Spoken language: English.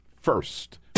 first